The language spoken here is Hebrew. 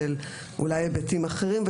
שזה יהיה מעודכן והיבטים אחרים,